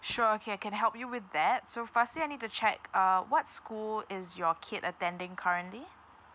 sure okay I can help you with that so firstly I need to check uh what school is your kid attending currently